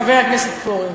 חבר הכנסת פורר: